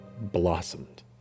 blossomed